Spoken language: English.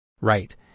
Right